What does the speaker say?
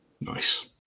Nice